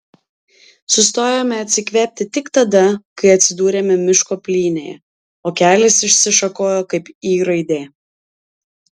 sustojome atsikvėpti tik tada kai atsidūrėme miško plynėje o kelias išsišakojo kaip y raidė